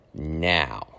Now